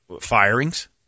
firings